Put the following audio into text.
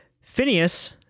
Phineas